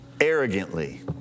arrogantly